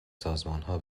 سازمانها